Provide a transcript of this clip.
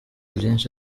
byinshi